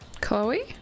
Chloe